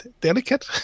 delicate